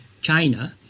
China